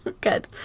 Good